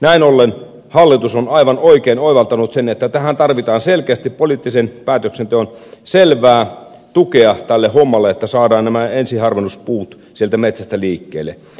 näin ollen hallitus on aivan oikein oivaltanut sen että tarvitaan selkeästi poliittisen päätöksenteon selvää tukea tälle hommalle että saadaan nämä ensiharvennuspuut sieltä metsästä liikkeelle